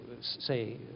say